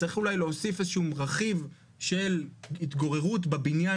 צריך אולי להוסיף איזה שהוא רכיב של התגוררות בבניין